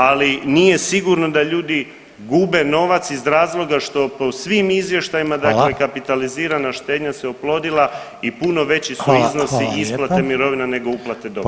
Ali nije sigurno da ljudi gube novac iz razloga što po svim izvještajima, dakle kapitalizirana štednja se oplodila i puno veći su iznosi isplate mirovina, nego uplate doprinosa.